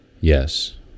Yes